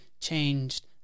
changed